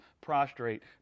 prostrate